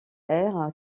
air